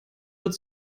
wird